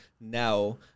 now